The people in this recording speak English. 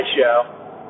show